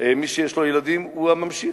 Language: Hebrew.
מי שיש לו ילדים הוא הממשיך.